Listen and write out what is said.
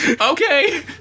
Okay